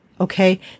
Okay